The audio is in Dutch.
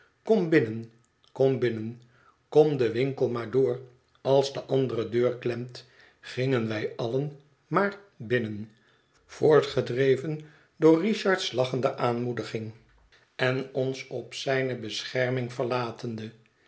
kom binnen kom binnen kom den winkel maar door als de andere deur klemt gingen wij allen maar binnen voortgedreven door richard's lachende aanmoediging en ons op zijne bescherming verlatende